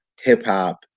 hip-hop